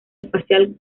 espacial